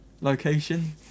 location